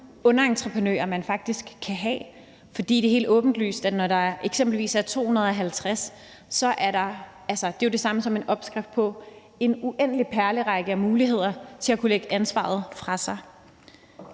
underentreprenører man faktisk kan have, for det er helt åbenlyst, at når der eksempelvis er 250, er det jo det samme som en opskrift på en uendelig perlerække af muligheder for at kunne lægge ansvaret fra sig.